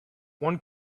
one